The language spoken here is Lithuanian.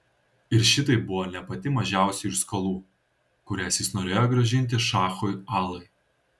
ir šitai buvo ne pati mažiausioji iš skolų kurias jis norėjo grąžinti šachui alai